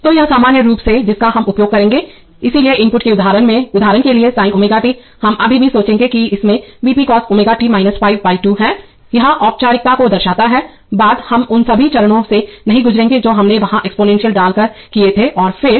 तोयह सामान्य रूप है जिसका हम उपयोग करेंगे इसलिए इनपुट के उदाहरण के लिए sine ω t हम अभी भी सोचेंगे कि इसमें V p cos ω t 5 by 2 है यह अनौपचारिकता को दर्शाता है बाद हम उन सभी चरणों से नहीं गुजरेंगे जो हमने वहां एक्सपोनेंशियल डाल कर किए थे और फिर